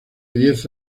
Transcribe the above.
diez